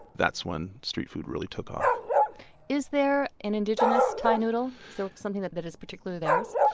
that's when street food really took off is there an indigenous thai noodle, so something that that is particularly theirs?